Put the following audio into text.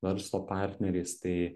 verslo partneriais tai